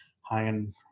high-end